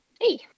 Hey